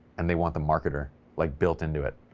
and they want the marketer like built into it,